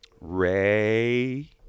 Ray